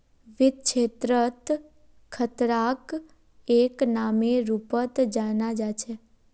वित्त क्षेत्रत खतराक एक नामेर रूपत जाना जा छे